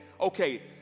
Okay